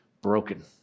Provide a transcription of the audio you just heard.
broken